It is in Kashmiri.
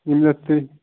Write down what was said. نہ تُہۍ